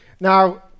Now